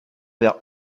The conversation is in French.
vers